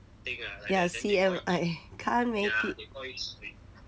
ya C_M_I can't make it